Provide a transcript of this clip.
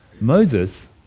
Moses